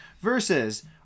versus